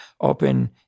open